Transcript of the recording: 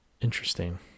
Interesting